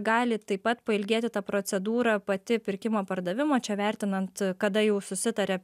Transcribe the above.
gali taip pat pailgėti ta procedūra pati pirkimo pardavimo čia vertinant kada jau susitaria